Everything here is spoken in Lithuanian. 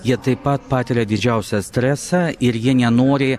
jie taip pat patiria didžiausią stresą ir jie nenori